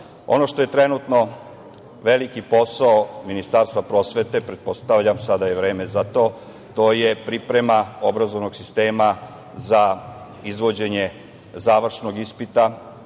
što je trenutno veliki posao Ministarstva prosvete, pretpostavljam sada je vreme za to, to je priprema obrazovnog sistema za izvođenje završnog ispita,